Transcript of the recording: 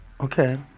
Okay